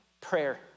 prayer